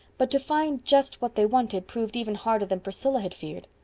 but to find just what they wanted proved even harder than priscilla had feared.